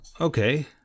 Okay